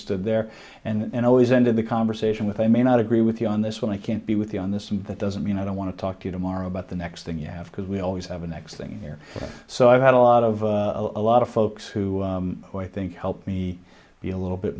stood there and i always ended the conversation with i may not agree with you on this one i can't be with you on this and that doesn't mean i don't want to talk to you tomorrow about the next thing you have because we always have a next thing here so i've had a lot of a lot of folks who i think helped me be a little bit